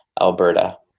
Alberta